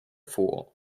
fool